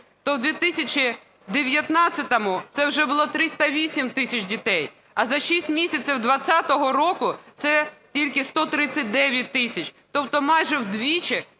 то в 2019 це вже було 308 тисяч дітей, а за 6 місяців 20-го року це тільки 139 тисяч. Тобто майже вдвічі